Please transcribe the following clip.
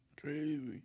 Crazy